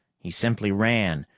he simply ran,